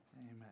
Amen